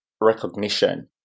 recognition